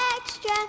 Extra